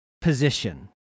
position